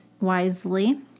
wisely